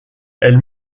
elle